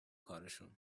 کارشون